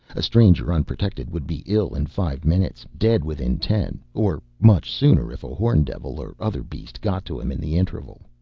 a stranger, unprotected, would be ill in five minutes, dead within ten or much sooner if a horndevil or other beast got to him in the interval.